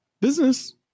Business